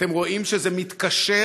אתם רואים שזה מתקשר,